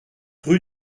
rue